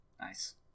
Nice